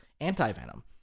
anti-venom